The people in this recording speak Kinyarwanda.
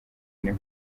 imwe